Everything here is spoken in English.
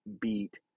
beat